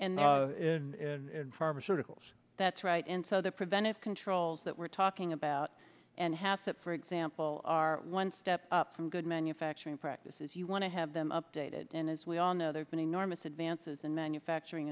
pharmaceuticals that's right and so the preventive controls that we're talking about and half that for example are one step up from good manufacturing practices you want to have them updated and as we all know there's been enormous advances in manufacturing